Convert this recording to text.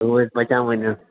یِہُس بچاوٕنۍ نہ